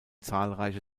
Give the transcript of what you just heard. zahlreiche